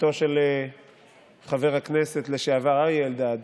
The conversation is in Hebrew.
בתו של חבר הכנסת לשעבר אריה אלדד,